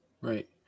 right